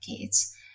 kids